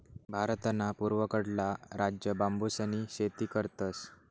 भारतना पूर्वकडला राज्य बांबूसनी शेती करतस